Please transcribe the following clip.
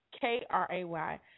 K-R-A-Y